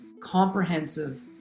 comprehensive